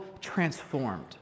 transformed